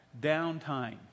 downtime